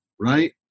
right